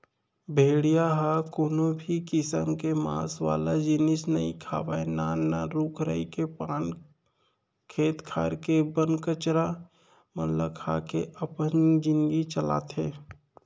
भेड़िया ह कोनो भी किसम के मांस वाला जिनिस नइ खावय नान नान रूख राई के पाना, खेत खार के बन कचरा मन ल खा के अपन जिनगी चलाथे